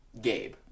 Gabe